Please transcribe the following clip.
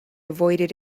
avoided